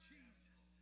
Jesus